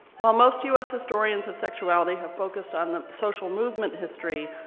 while most us historians of sexuality have focused on the social movement history,